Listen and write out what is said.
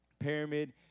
pyramid